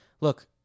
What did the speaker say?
Look